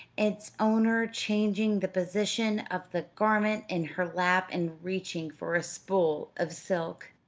its owner changing the position of the garment in her lap and reaching for a spool of silk.